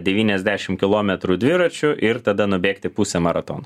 devyniasdešim kilometrų dviračiu ir tada nubėgti pusę maratono